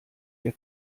ihr